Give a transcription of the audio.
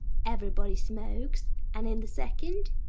everybody smokes and in the second,